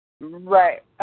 Right